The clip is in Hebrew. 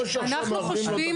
--- אנחנו חושבים,